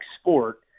sport